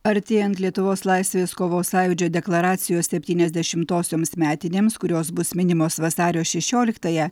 artėjant lietuvos laisvės kovos sąjūdžio deklaracijos septyniasdešimtosioms metinėms kurios bus minimos vasario šešioliktąją